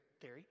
theory